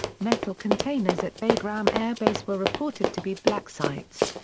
metal containers at bagram air base were reported to be black sites.